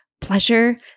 pleasure